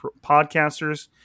podcasters